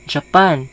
Japan